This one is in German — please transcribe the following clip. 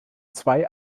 zwei